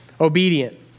obedient